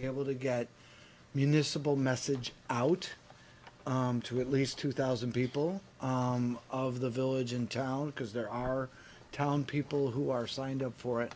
able to get municipal message out to at least two thousand people of the village in town because there are town people who are signed up for it